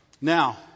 Now